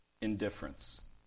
indifference